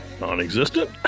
non-existent